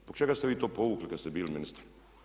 Zbog čega ste vi to povukli kad ste bili ministar?